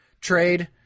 trade